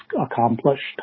accomplished